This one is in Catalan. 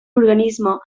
organisme